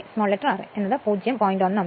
ra 0